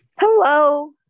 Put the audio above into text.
Hello